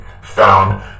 found